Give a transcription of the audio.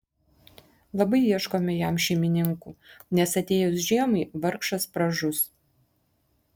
labai ieškome jam šeimininkų nes atėjus žiemai vargšas pražus